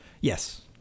Yes